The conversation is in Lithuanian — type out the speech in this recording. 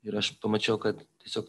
ir aš pamačiau kad tiesiog